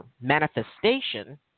manifestation